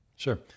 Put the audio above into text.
Sure